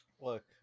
Look